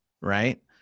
right